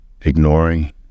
ignoring